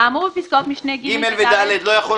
"האמור בפסקאות משנה (ג) ו-(ד)" --- "(ג) ו-(ד) לא יחול